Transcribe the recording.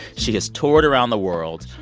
she has toured around the world,